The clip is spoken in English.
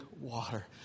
water